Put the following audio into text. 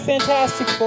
Fantastic